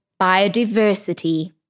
biodiversity